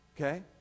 okay